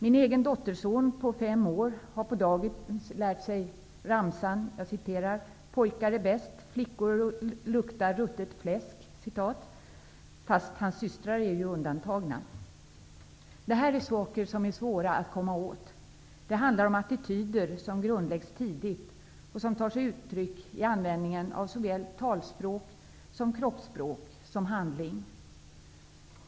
Min egen dotterson på fem år har på dagis lärt sig ramsan ''Pojkar är bäst, flickor luktar ruttet fläsk'' -- fast hans systrar är ju undantagna. Det här är saker som är svåra att komma åt. Det handlar om attityder som grundläggs tidigt och som tar sig uttryck i användningen av såväl talspråk som kroppsspråk och handling.